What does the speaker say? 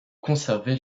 conservée